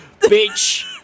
bitch